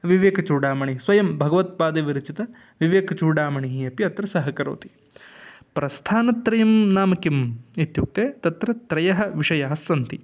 विवेकचूडामणिः स्वयं भगवत्पादविरचितः विवेकचूडामणिः अपि अत्र सहकरोति प्रस्थानत्रयं नाम किम् इत्युक्ते तत्र त्रयः विषयाः सन्ति